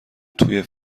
توی